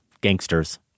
Gangster's